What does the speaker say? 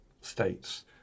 states